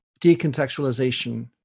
decontextualization